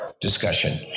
discussion